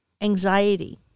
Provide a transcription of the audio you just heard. anxiety